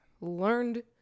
learned